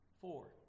Four